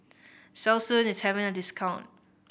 Selsun is having a discount